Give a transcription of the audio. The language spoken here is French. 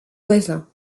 voisins